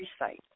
recite